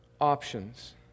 options